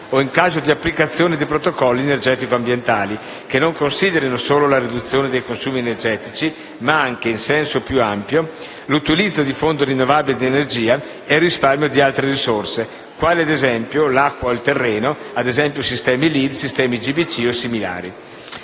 o in caso di applicazione di protocolli energetico-ambientali, che non considerino solo la riduzione dei consumi energetici, ma anche, in senso più ampio, l'utilizzo di fonti rinnovabili di energia e il risparmio di altre risorse, quali, ad esempio, l'acqua o il terreno (ad esempio sistemi LEED, sistemi GBC o similari).